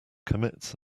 commits